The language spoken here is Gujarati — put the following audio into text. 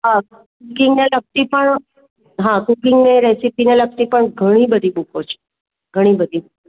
હા કુકીંગને લગતી પણ હા કુકીંગને રેસિપીને લગતી પણ ઘણીબધી બૂકો છે ઘણીબધી